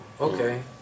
Okay